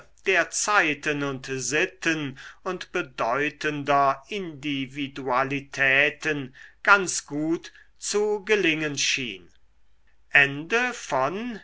der zeiten und sitten und bedeutender individualitäten ganz gut zu gelingen schien